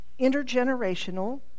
intergenerational